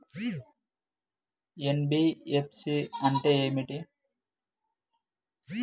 NBFC అంటే ఏమిటి?